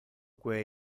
que